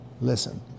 listen